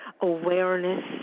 awareness